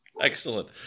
Excellent